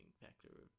factor